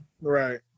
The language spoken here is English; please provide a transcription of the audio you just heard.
Right